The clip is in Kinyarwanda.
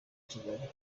kigali